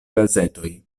gazetoj